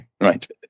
Right